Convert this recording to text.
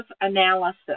analysis